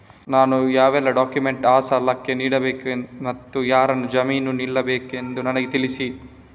ನಾನು ಯಾವೆಲ್ಲ ಡಾಕ್ಯುಮೆಂಟ್ ಆ ಸಾಲಕ್ಕೆ ನೀಡಬೇಕು ಮತ್ತು ಯಾರು ಜಾಮೀನು ನಿಲ್ಲಬೇಕೆಂದು ನನಗೆ ತಿಳಿಸಿ?